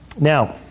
Now